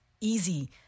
easy